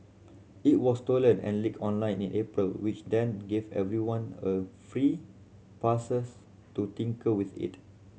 it was stolen and leaked online in April which then gave everyone a free passes to tinker with it